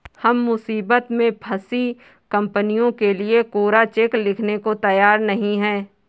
हम मुसीबत में फंसी कंपनियों के लिए कोरा चेक लिखने को तैयार नहीं हैं